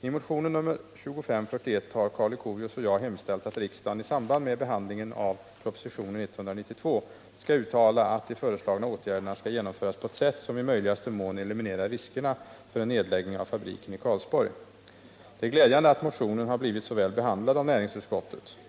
I motionen 2541 har Karl Leuchovius och jag hemställt att riksdagen i samband med behandlingen av propositionen 192 skall uttala att de föreslagna åtgärderna skall genomföras på ett sätt som i möjligaste mån eliminerar riskerna för en nedläggning av fabriken i Karlsborg. Det är glädjande att motionen blivit så välvilligt behandlad av näringsutskottet.